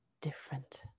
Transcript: different